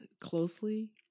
closely